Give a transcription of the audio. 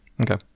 Okay